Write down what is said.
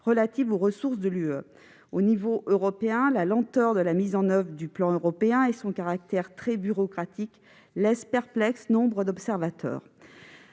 relative aux ressources de l'Union européenne. À l'échelon européen, la lenteur de la mise en oeuvre du plan européen et son caractère très bureaucratique laissent perplexes nombre d'observateurs.